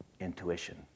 Intuition